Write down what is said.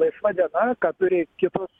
laisva diena ką turi kitos